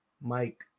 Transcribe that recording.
Mike